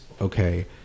okay